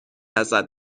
ازت